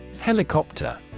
Helicopter